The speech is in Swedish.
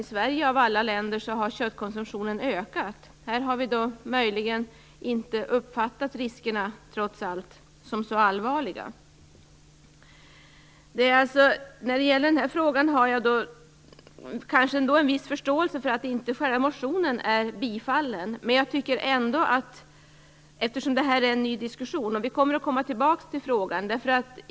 I Sverige av alla länder har köttkonsumtionen ökat. Här har vi möjligen inte uppfattat riskerna som så allvarliga. När det gäller den här frågan har jag en viss förståelse för att inte själva motionen har tillstyrkts. Men eftersom det här är en ny diskussion kommer vi tillbaka till frågan.